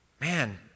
Man